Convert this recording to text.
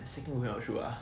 my second pair of shoe ah